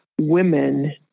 women